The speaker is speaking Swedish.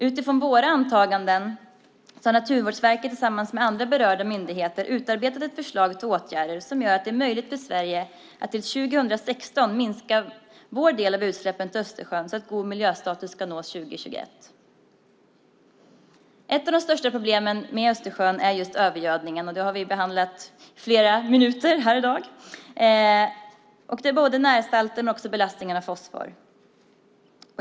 Utifrån våra antaganden har Naturvårdsverket tillsammans med andra berörda myndigheter utarbetat ett förslag till åtgärder för att göra det möjligt för Sverige att till 2016 minska vår del av utsläppen till Östersjön så att god miljöstatus kan nås till 2021. Ett av de största problemen i Östersjön är övergödningen. Den frågan har vi behandlat i flera minuter i dag. Övergödningen beror på närsalter och belastning från fosfor.